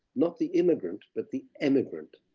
not the immigrant but the emigrant.